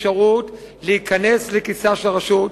אפשרות להיכנס לכיסה של רשות,